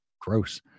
gross